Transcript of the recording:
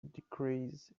decrease